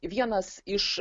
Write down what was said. vienas iš